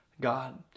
God